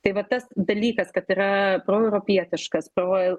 tai va tas dalykas kad yra proeuropietiškas proje